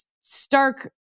stark